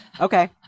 Okay